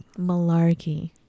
malarkey